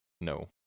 No